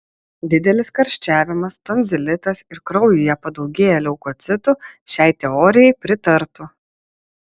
didelis karščiavimas tonzilitas ir kraujyje padaugėję leukocitų šiai teorijai pritartų